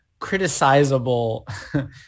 criticizable